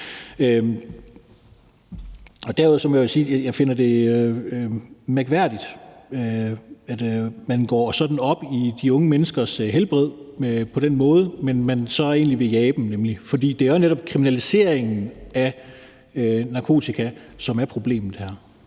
at jeg finder det mærkværdigt, at man går sådan op i de unge menneskers helbred på den måde, men at man så egentlig vil jage dem. For det er jo netop kriminaliseringen af narkotika, som er problemet